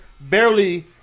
barely